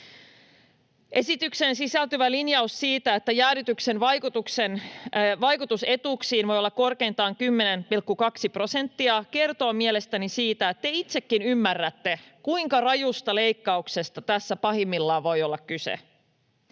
Esitykseen sisältyvä linjaus siitä, että jäädytyksen vaikutus etuuksiin voi olla korkeintaan 10,2 prosenttia, kertoo mielestäni siitä, että te itsekin ymmärrätte, kuinka rajusta leikkauksesta tässä pahimmillaan voi olla kyse.